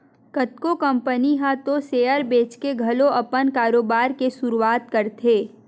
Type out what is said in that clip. कतको कंपनी ह तो सेयर बेंचके घलो अपन कारोबार के सुरुवात करथे